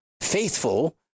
faithful